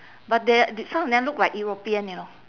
but there some of them look like european you know